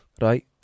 Right